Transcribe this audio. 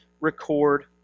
record